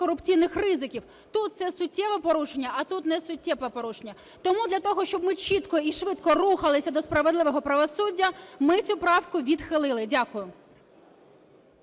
корупційних ризиків. Тут це суттєве порушення, а тут несуттєве порушення. Тому для того, щоб ми чітко і швидко рухалися до справедливого правосуддя, ми цю правку відхилили. Дякую.